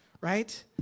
right